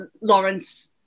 Lawrence